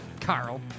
Carl